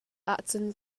ahcun